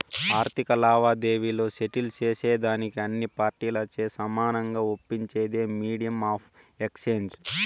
ఆర్థిక లావాదేవీలు సెటిల్ సేసేదానికి అన్ని పార్టీలచే సమానంగా ఒప్పించేదే మీడియం ఆఫ్ ఎక్స్చేంజ్